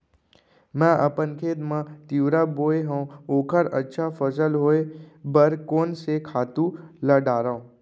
मैं अपन खेत मा तिंवरा बोये हव ओखर अच्छा फसल होये बर कोन से खातू ला डारव?